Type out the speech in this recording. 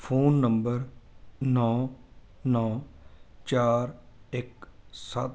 phone number ਨੌਂ ਨੌਂ ਚਾਰ ਇੱਕ ਸੱਤ